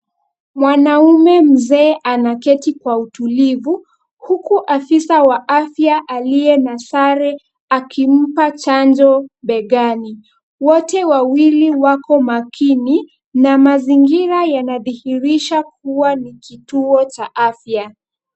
Mwanaume mzee anaketi kwa utulivu, huku afisa wa afya aliye na sare akimpa chanjo begani. Wote wawili wako makini, na mazingira yanadhihirisha kuwa ni kituo cha afya.